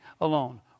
alone